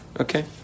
Okay